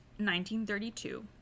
1932